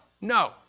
no